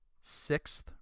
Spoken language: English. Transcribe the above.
sixth